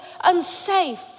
unsafe